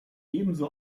ebenso